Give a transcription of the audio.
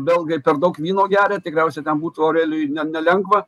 belgai per daug vyno geria tikriausiai ten būt aurelijui nelengva